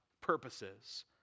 purposes